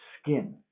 skin